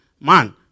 man